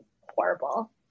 horrible